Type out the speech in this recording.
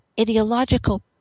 ideological